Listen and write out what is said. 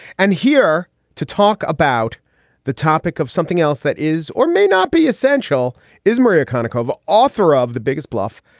and here to talk about the topic of something else that is or may not be essential is maria kaneko of author of the biggest bluff.